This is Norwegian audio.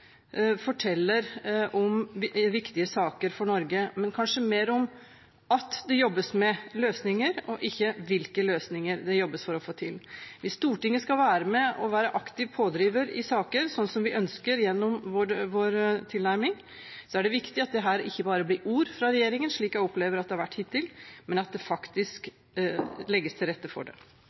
forteller om viktige saker for Norge, men kanskje mer om at det jobbes med løsninger enn om hvilke løsninger det jobbes for å få til. Hvis Stortinget skal være med og være aktiv pådriver i saker, sånn som vi ønsker gjennom vår tilnærming, er det viktig at dette ikke bare blir ord fra regjeringen – slik jeg opplever at det har vært hittil – men at det faktisk legges til rette for det.